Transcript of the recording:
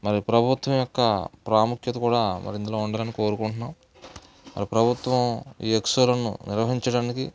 మరి ప్రభుత్వం యొక్క ప్రాముఖ్యత కూడా మరి ఇందులో ఉండాలని కోరుకుంటున్నాము మరి ప్రభుత్వం ఈ ఎక్స్పోలను నిర్వహించడానికి